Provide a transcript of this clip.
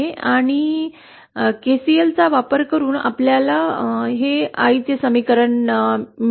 आणि केसीएलचा वापर करून आपल्याला हे समीकरण म्हणून मिळतं